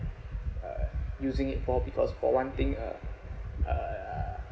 uh using it for because for one thing uh uh